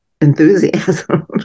enthusiasm